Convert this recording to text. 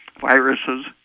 viruses